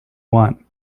want